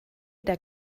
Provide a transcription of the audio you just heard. der